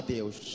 Deus